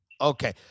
Okay